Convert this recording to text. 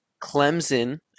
Clemson